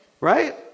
right